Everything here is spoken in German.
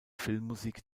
filmmusik